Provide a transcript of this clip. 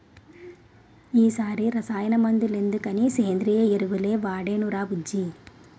ఈ సారి రసాయన మందులెందుకని సేంద్రియ ఎరువులే వాడేనురా బుజ్జీ